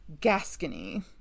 Gascony